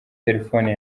telefoni